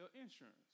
insurance